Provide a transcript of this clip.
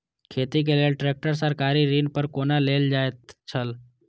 खेती के लेल ट्रेक्टर सरकारी ऋण पर कोना लेल जायत छल?